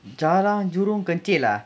jalan jurong kechil ah